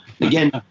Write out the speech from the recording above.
Again